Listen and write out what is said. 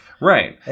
Right